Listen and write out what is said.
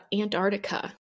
Antarctica